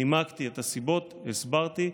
נימקתי את הסיבות, הסברתי.